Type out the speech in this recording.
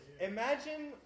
Imagine